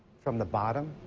from the bottom